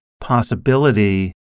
possibility